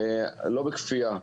לא בכפייה.